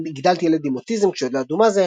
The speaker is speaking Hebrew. "גידלתי ילד עם אוטיזם כשעוד לא ידעו מה זה",